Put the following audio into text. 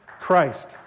Christ